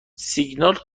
سیگنال